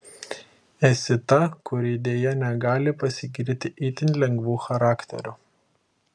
esi ta kuri deja negali pasigirti itin lengvu charakteriu